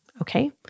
Okay